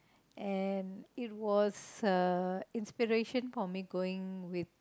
and it was a inspiration for me going with